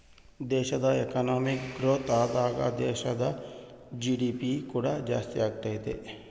ದೇಶವು economic growth ಆದಾಗ ದೇಶದ ಜಿ.ಡಿ.ಪಿ ಕೂಡ ಜಾಸ್ತಿಯಾಗತೈತೆ